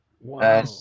Wow